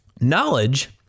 knowledge